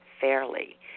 fairly